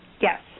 Yes